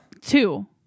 two